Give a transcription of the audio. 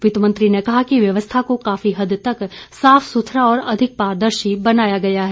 वित्त मंत्री ने कहा कि व्यवस्था को काफी हद तक साफ सुथरा और अधिक पारदर्शी बनाया गया है